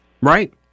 right